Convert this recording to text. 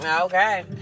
Okay